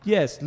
Yes